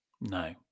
no